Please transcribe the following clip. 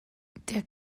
der